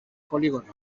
polígono